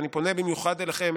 ואני פונה במיוחד אליכם,